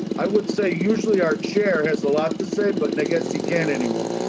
i would say usually our chair has a lot to say. but i guess you can't anymore.